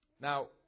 Now